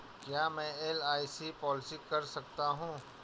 क्या मैं एल.आई.सी पॉलिसी कर सकता हूं?